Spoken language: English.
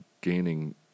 gaining